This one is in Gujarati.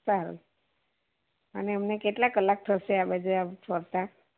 સારું અને અમને કેટલા કલાક થશે આ બાજુ એમ ફરતા